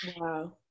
Wow